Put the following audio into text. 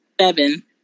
seven